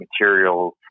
materials